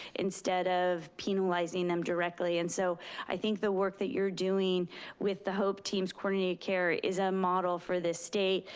instead of penalizing them directly. and so i think the work that you're doing with the hope teams' coordinated care is a model for the state.